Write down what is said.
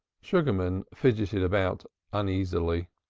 sugarman fidgeted about uneasily